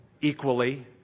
equally